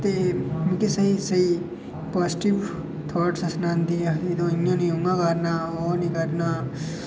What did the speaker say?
मिगी स्हेई स्हेई पाजीटिव थाट सनांदी आखदी तूं इ'यां निं इ'यां करना ओह् निं करना